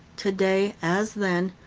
today, as then,